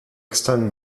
extent